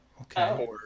okay